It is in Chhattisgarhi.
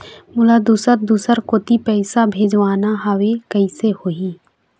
मोला दुसर दूसर कोती पैसा भेजवाना हवे, कइसे होही?